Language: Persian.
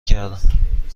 کردم